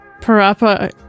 Parappa